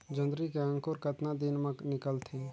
जोंदरी के अंकुर कतना दिन मां निकलथे?